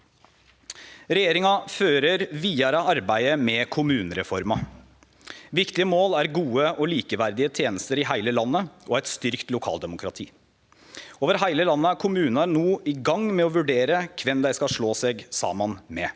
Regjeringa fører vidare arbeidet med kommunereforma. Viktige mål er gode og likeverdige tenester i heile landet og eit styrkt lokaldemokrati. Over heile landet er kommunar no i gang med å vurdere kven dei skal slå seg saman med.